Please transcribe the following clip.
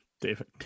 David